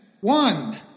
one